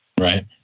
Right